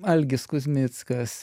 algis kuzmickas